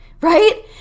Right